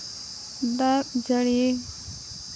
ᱫᱟᱜ ᱡᱟᱹᱲᱤ